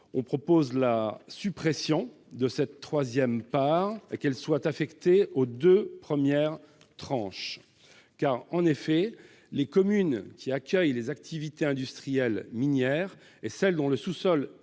proposons la suppression de cette troisième part, et que les crédits supplémentaires soient affectés aux deux premières tranches. En effet, les communes qui accueillent les activités industrielles minières et celles dont le sous-sol est